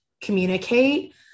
communicate